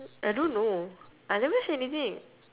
I don't know I never say anything